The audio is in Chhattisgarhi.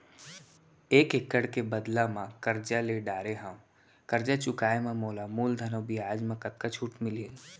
एक एक्कड़ के बदला म करजा ले डारे हव, करजा चुकाए म मोला मूलधन अऊ बियाज म कतका छूट मिलही?